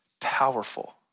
powerful